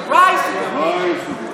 Rise to the occasion.